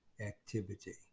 activity